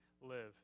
live